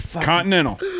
Continental